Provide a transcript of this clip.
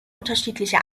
unterschiedliche